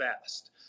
fast